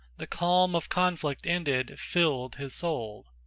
the calm of conflict ended filled his soul,